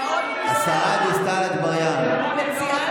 השרה דיסטל, תקשיבי לי טוב, לא, לא מקשיבה לך.